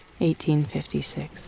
1856